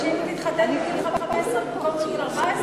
שאם היא תתחתן בגיל 15 במקום בגיל 14?